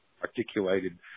articulated